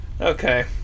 Okay